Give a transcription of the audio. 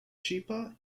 cheaper